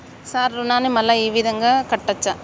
Sir రుణాన్ని మళ్ళా ఈ విధంగా కట్టచ్చా?